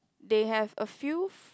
they have a few